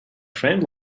friend